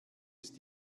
ist